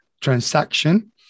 transaction